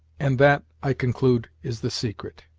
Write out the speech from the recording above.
and that, i conclude, is the secret.